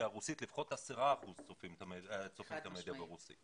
הרוסית לפחות 10% צורכים את המדיה הרוסית.